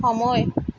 সময়